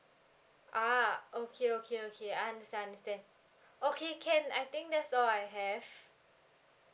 ah okay okay okay I understand understand okay can I think that's all I have